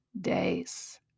days